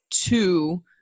Two